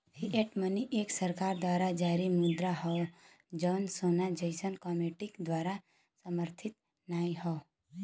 fiat money एक सरकार द्वारा जारी मुद्रा हौ जौन सोना जइसन कमोडिटी द्वारा समर्थित नाहीं हौ